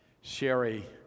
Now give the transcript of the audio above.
Sherry